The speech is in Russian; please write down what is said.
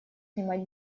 снимать